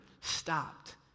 stopped